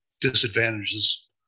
disadvantages